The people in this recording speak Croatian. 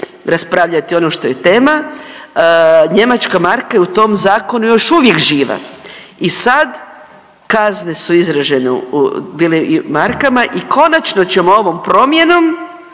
raspravljati ono što je tema, njemačka marka je u tom zakonu još uvijek živa i sad kazne su izražene bile u markama i konačno ćemo ovom promjenom